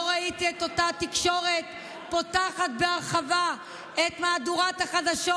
לא ראיתי את אותה תקשורת פותחת בהרחבה את מהדורת החדשות.